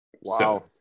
Wow